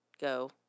go